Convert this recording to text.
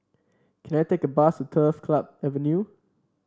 can I take a bus Turf Club Avenue